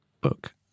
book